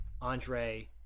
Andre